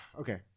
okay